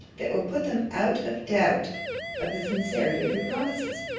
that will put them out of doubt of the sincerity of your promises.